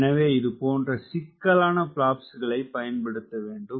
எனவே இது போன்ற சிக்கலான பிளாப்ஸ்களை பயன்படுத்தவேண்டும்